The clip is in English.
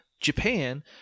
Japan